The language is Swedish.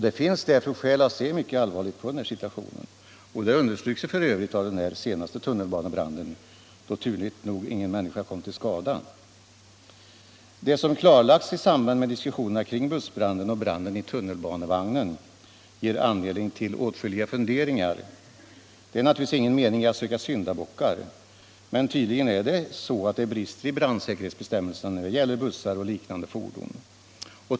Det finns därför skäl till att se mycket allvarligt på situationen. Det understryks f. ö. av den senaste tunnelbanebranden, då turligt nog ingen människa kom till skada. Det som klarlagts i samband med diskussionerna kring bussbranden och branden i tunnelbanevagnen ger anledning till åtskilliga funderingar. Det är naturligtvis ingen mening i att söka syndabockar. Men tydligen är det så att det brister i brandsäkerhetsbestämmelserna när det gäller bussar och liknande fordon.